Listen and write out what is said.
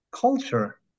culture